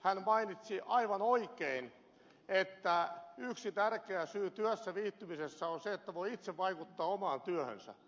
hän mainitsi aivan oikein että yksi tärkeä seikka työssä viihtymisessä on se että voi itse vaikuttaa omaan työhönsä